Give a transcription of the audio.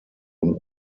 und